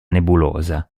nebulosa